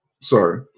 Sorry